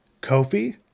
Kofi